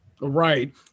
Right